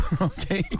Okay